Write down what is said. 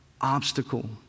obstacle